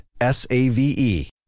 S-A-V-E